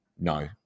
no